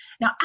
Now